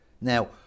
Now